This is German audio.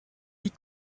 die